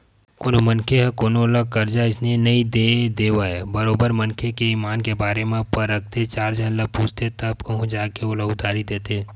कोनो मनखे ह कोनो ल करजा अइसने नइ दे देवय बरोबर मनखे के ईमान के बारे म परखथे चार झन ल पूछथे तब कहूँ जा के ओला उधारी देथे